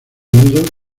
nudos